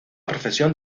profesión